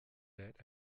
debt